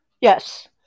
Yes